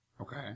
Okay